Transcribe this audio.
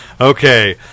Okay